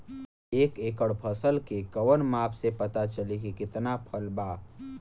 एक एकड़ फसल के कवन माप से पता चली की कितना फल बा?